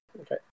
Okay